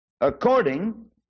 According